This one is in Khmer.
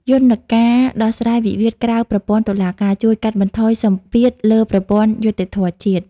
យន្តការដោះស្រាយវិវាទក្រៅប្រព័ន្ធតុលាការ ជួយកាត់បន្ថយសម្ពាធលើប្រព័ន្ធយុត្តិធម៌ជាតិ។